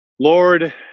Lord